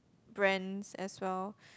brands as well